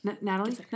Natalie